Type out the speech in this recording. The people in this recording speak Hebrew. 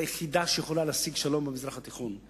היחידה שיכולה להשיג הסכם שלום במזרח התיכון,